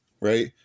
right